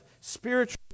spiritual